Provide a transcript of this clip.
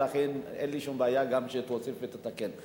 לכן אין לי שום בעיה גם שתוסיף ותתקן.